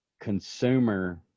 consumer